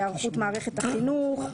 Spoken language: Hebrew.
היערכות מערכת החינוך,